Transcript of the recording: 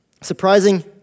Surprising